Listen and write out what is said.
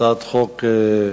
הצעת חוק,